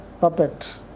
Puppet